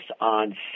on